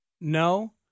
No